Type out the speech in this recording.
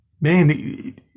man